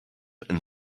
and